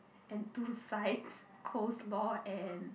and two sides coleslaw and